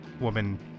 woman